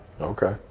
Okay